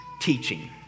Teaching